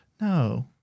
no